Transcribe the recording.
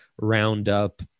roundup